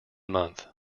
month